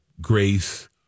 grace